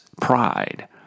pride